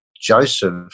Joseph